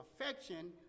affection